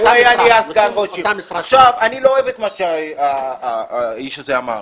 אני לא אוהב את מה שהאיש הזה אמר.